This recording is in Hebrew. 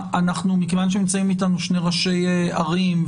אנחנו מתאמים אותו ביחד ותופרים אותו ביחד.